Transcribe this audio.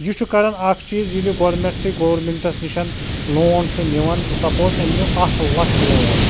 یہِ چھُ کران اکھ چیٖز ییٚلہِ یہِ گۄڈٕنٮ۪تھٕے گورمٮ۪نٛٹَس نِش لون چھُ نِوان سَپوز أمۍ نیوٗ اَکھ لَچھ لون